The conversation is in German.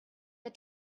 der